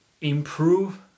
improve